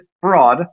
fraud